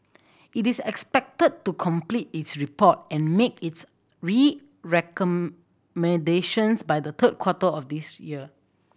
it is expected to complete its report and make its recommendations by the third quarter of this year